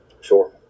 sure